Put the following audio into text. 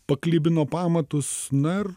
paklibino pamatus na ir